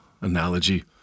analogy